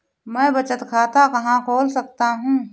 मैं बचत खाता कहाँ खोल सकता हूँ?